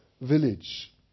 village